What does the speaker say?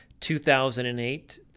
2008